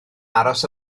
aros